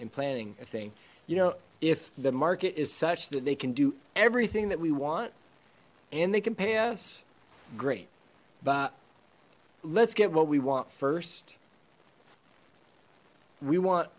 and planning a thing you know if the market is such that they can do everything that we want and they can pay us great but let's get what we want first we want